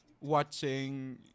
watching